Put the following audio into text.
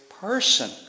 person